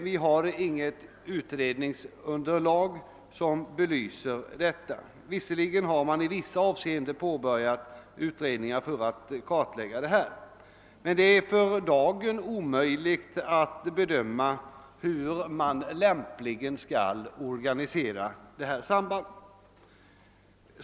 Vi har inget utredningsunderlag, som belyser detta. Visserligen har man i vissa avseenden påbörjat utredningar för att kartlägga detta samband, men för dagen är det omöjligt att bedöma hur man lämpligen skall tillgodose det.